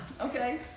Okay